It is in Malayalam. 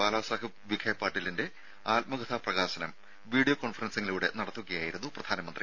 ബാലാസാഹിബ് വിഖെ പാട്ടീലിന്റെ ആത്മകഥാ പ്രകാശനം കോൺഫറൻസിങ്ങിലൂടെ നടത്തുകയായിരുന്നു വീഡിയോ പ്രധാനമന്ത്രി